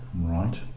Right